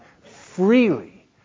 freely